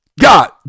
god